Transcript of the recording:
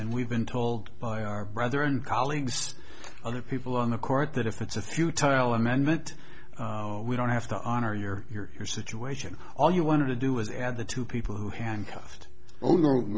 and we've been told by our brother and colleagues other people on the court that if it's a few tile amendment we don't have to honor your here your situation all you want to do is add the two people who handcuffed oh no